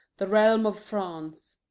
the realm of france,